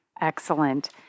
Excellent